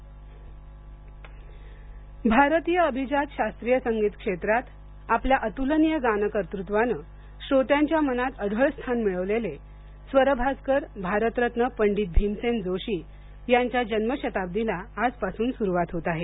भीमसेन जोशी भारतीय अभिजात शास्त्रीय संगीत क्षेत्रात आपल्या अतुलनीय गान कर्तृत्वाने श्रोत्यांच्या मनात अढळ स्थान मिळवलेले स्वरभास्कर भारतरत्न पंडित भीमसेन जोशी यांच्या जन्मशताब्दीला आजपासून सुरवात होत आहे